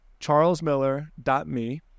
charlesmiller.me